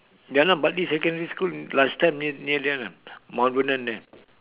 ya lah bartley secondary school last time near near there lah mount vernon there